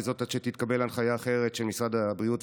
וזאת עד שתתקבל הנחיה אחרת של משרד הבריאות,